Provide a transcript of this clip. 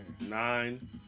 nine